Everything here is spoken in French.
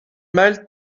mâles